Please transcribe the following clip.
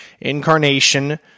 incarnation